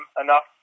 enough